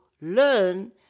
learn